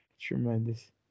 Tremendous